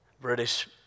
British